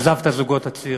עזבו את הזוגות הצעירים.